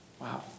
Wow